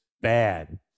bad